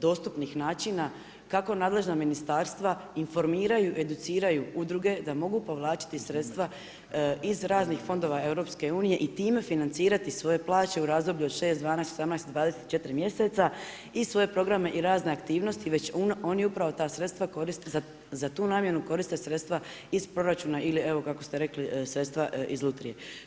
dostupnih načina kako nadležna ministarstva informiraju, educiraju udruge da mogu povlačiti sredstva iz raznih fondova EU-a i time financirati svoje plaće u razdoblju od 6, 12, 18, 24 mjeseca i svoje programe i razne aktivnosti, već oni upravo ta sredstva koriste za tu namjenu, koriste sredstava iz proračuna ili evo kako ste rekli, sredstva iz lutrije.